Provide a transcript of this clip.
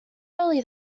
early